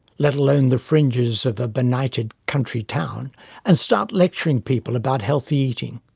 let alone the fringes of a benighted country town and start lecturing people about healthy eating.